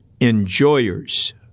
enjoyers